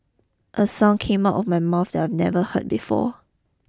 a sound came out of my mouth that I'd never heard before